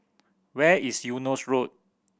where is Eunos Road